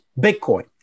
Bitcoin